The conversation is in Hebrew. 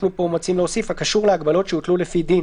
ואנחנו מציעים להוסיף פה: הקשור להגבלות שהוטלו לפי דין